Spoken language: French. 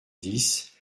dix